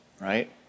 right